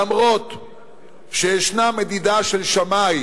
אף שישנה מדידה של שמאי